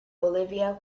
bolivia